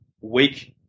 weak